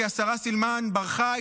כי השרה סילמן ברחה,